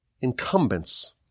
incumbents